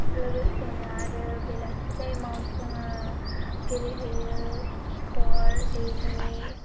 लोगोसेनो आरो बेलासि टाइमआव जोङो गेलेहैयो खिख'र रेदि